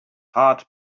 heart